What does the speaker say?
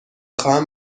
خواهم